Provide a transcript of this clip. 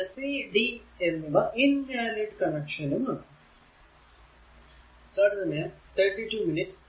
പിന്നെ c d എന്നിവ invalid connection ആണ്